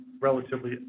relatively